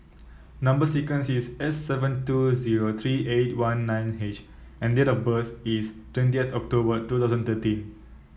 number sequence is S seven two zero three eight one nine H and date of birth is twentieth October two thousand thirteen